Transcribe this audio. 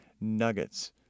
nuggets